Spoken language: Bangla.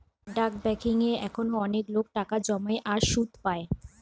ডাক বেংকিং এ এখনো অনেক লোক টাকা জমায় আর সুধ পায়